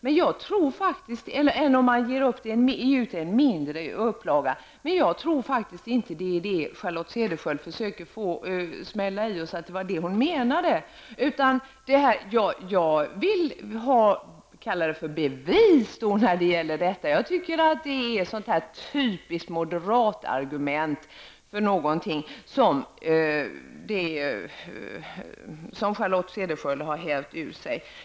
Men jag tror faktiskt inte att det är det som Charlotte Cederschiöld försöker säga. Jag vill ha bevis här för att bli övertygad. Jag tycker att det som Charlotte Cederschiöld här har hävt ur sig är typiska moderatargument.